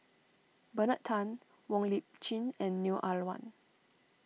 Bernard Tan Wong Lip Chin and Neo Ah Luan